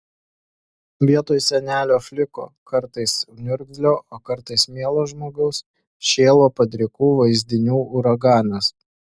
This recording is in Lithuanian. vietoj senelio fliko kartais niurgzlio o kartais mielo žmogaus šėlo padrikų vaizdinių uraganas